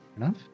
enough